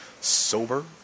sober